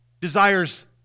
desires